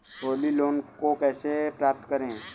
Holi loan को कैसे प्राप्त करें?